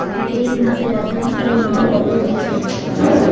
এই মাসে রাসায়নিক সারের মূল্য কত রয়েছে?